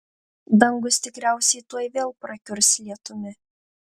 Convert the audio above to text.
dangus tikriausiai tuoj vėl prakiurs lietumi